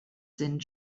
sind